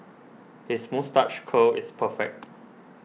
his moustache curl is perfect